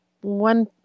one